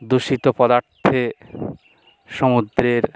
দূষিত পদার্থে সমুদ্রের